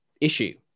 issue